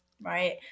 right